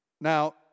Now